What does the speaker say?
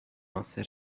masse